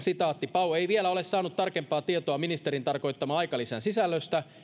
pau ei vielä ole saanut tarkempaa tietoa ministerin tarkoittaman aikalisän sisällöstä